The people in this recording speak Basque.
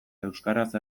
euskaraz